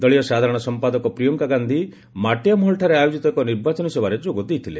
ଦଳୀୟ ସାଧାରଣ ସମ୍ପାଦକ ପ୍ରିୟଙ୍କା ଗାନ୍ଧୀ ମାଟିଆମହଲଠାରେ ଆୟୋକିତ ଏକ ନିର୍ବାଚନୀ ସଭାରେ ଯୋଗ ଦେଇଥିଲେ